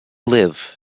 live